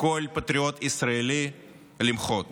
לכל פטריוט ישראלי, למחות